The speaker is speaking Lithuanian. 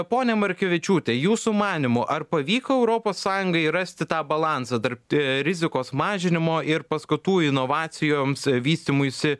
ponia markevičiūte jūsų manymu ar pavyko europos sąjungai rasti tą balansą tarp rizikos mažinimo ir paskatų inovacijoms vystymuisi